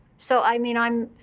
so i mean, i'm